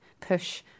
push